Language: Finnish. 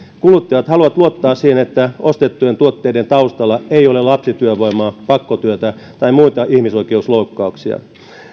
kuluttajat haluavat luottaa siihen että ostettujen tuotteiden taustalla ei ole lapsityövoimaa pakkotyötä tai muita ihmisoikeusloukkauksia